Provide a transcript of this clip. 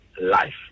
life